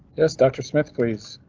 yes, doctor smith please.